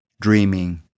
dreaming